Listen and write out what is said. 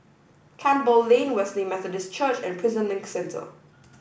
Campbell Lane Wesley Methodist Church and Prison Link Centre